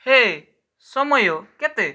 ହେ ସମୟ କେତେ